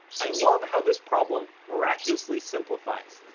i love how this problem miraculously simplifies.